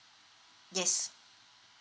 yes